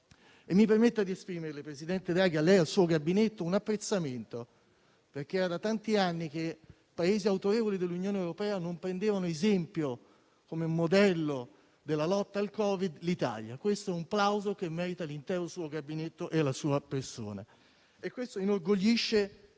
Mi permetta di esprimere, presidente Draghi, a lei e al suo Gabinetto, un apprezzamento per il fatto che Paesi autorevoli dell'Unione europea hanno preso l'Italia come modello della lotta al Covid. Questo è un plauso che merita l'intero suo Gabinetto e la sua persona. Tutto questo inorgoglisce